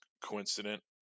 coincident